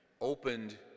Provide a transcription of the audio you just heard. opened